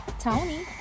Tony